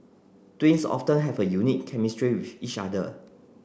twins often have a unique chemistry with each other